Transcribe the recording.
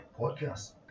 podcast